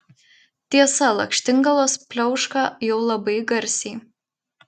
tiesa lakštingalos pliauška jau labai garsiai